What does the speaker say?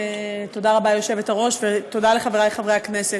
תודה רבה ליושבת-ראש ותודה לחברי חברי הכנסת.